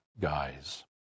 guys